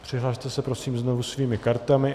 Přihlaste se prosím znovu svými kartami.